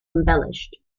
embellished